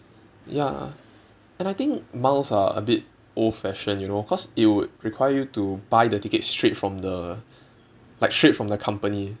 ya and I think miles are a bit old fashioned you know cause it would require you to buy the ticket straight from the like straight from the company